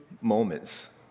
moments